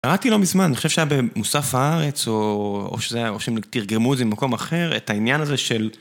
ראיתי לא מזמן, אני חושב שהיה במוסף הארץ, או שזה היה, או שהם תרגמו את זה במקום אחר, את העניין הזה של...